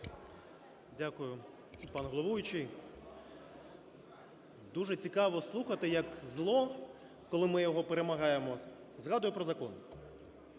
Дякую, пане головуючий. Дуже цікаво слухати, як зло, коли ми його перемагаємо, згадує про закон.